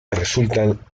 resultan